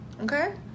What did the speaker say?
Okay